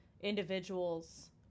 individuals